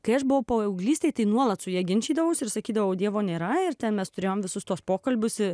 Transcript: kai aš buvau paauglystėje tai nuolat su ja ginčydavausi ir sakydavau dievo nėra ir ten mes turėjome visus tuos pokalbius į